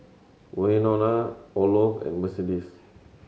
Wynona Olof and Mercedes